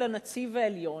אל הנציב העליון,